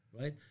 Right